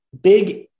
big